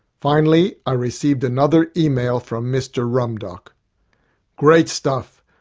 finally, i received another email from mr rumdock great stuff.